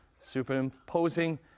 superimposing